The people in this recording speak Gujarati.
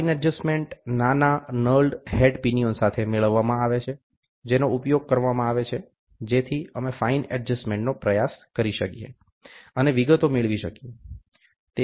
ફાઈન એડજસ્ટમેન્ટ નાના નર્લ્ડ હેડ પિનિઓન સાથે મેળવવામાં આવે છે જેનો ઉપયોગ કરવામાં આવે છે જેથી અમે ફાઈન એડજસ્ટમેન્ટ કરવાનો પ્રયાસ કરી શકીએ અને વિગતો મેળવી શકીએ